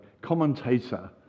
commentator